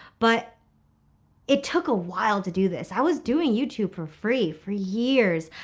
but it took a while to do this. i was doing youtube for free for years.